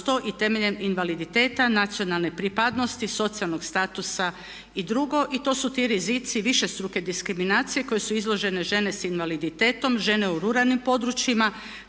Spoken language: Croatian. uz to i temeljem invaliditeta, nacionalne pripadnosti, socijalnog statusa i drugo i to su ti rizici višestruke diskriminacije koje su izložene žene s invaliditetom, žene u ruralnim područjima,